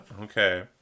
Okay